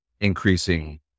increasing